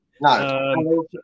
no